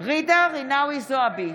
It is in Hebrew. ג'ידא רינאוי זועבי,